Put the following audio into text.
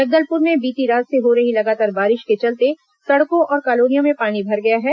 जगदलुपर में बीती रात से हो रही लगातार बारिश के चलते सड़कों और कॉलोनियों में पानी भर गया है